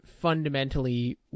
fundamentally